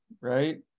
right